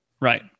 Right